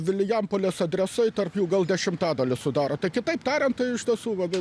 vilijampolės adresai tarp jų gal dešimtadalį sudaro tai kitaip tariant tai iš tiesų labai